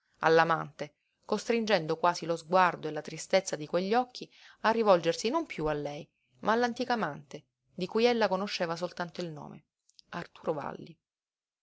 quell'altro all'amante costringendo quasi lo sguardo e la tristezza di quegli occhi a rivolgersi non piú a lei ma all'antico amante di cui ella conosceva soltanto il nome arturo valli